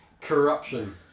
corruption